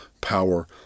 power